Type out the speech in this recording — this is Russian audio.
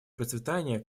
процветания